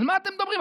על מה אתם מדברים?